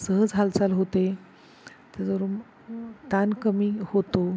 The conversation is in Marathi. सहज हालचाल होते त्याज ताण कमी होतो